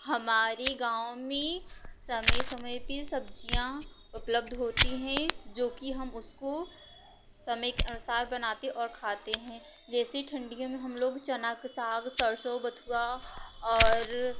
हमारे गाँव में समय समय पे सब्जियाँ उपलब्ध होती हैं जो कि हम उसको समय के अनुसार बनाते और खाते हैं जैसे ठंडियो में हम लोग चना का साग सरसों बथुआ और